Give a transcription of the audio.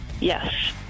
Yes